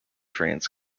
trains